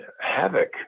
havoc